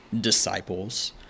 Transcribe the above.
disciples